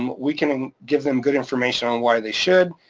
we can give them good information on why they should,